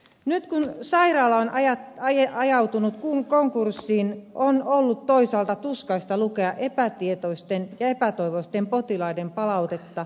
nyt kun sairaala on ajautunut konkurssiin on ollut toisaalta tuskaista lukea epätietoisten ja epätoivoisten potilaiden palautetta